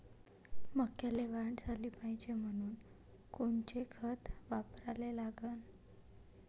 मक्याले वाढ झाली पाहिजे म्हनून कोनचे खतं वापराले लागन?